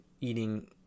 eating